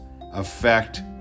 affect